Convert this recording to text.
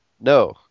No